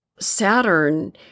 Saturn